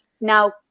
now